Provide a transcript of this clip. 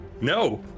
No